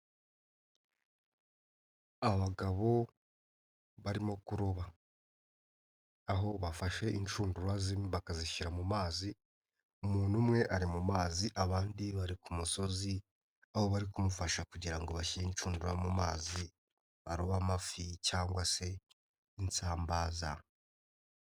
Abagabo barimo kuroba aho bafashe inshundura zimwe bakazishyira mu mazi umuntu umwe ari mu mazi abandi bari ku musozi aho bari kumufasha kugira ngo bashyire inshundura mu mazi aroba amafi cyangwa se insambaza.